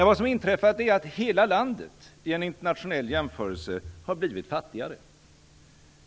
Vad som inträffat är att hela landet i en internationell jämförelse har blivit fattigare.